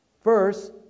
First